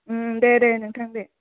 दे दे नोंथां दे